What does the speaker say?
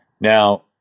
Now